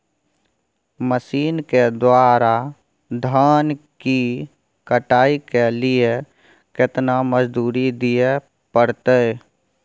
Machine के द्वारा धान की कटाइ के लिये केतना मजदूरी दिये परतय?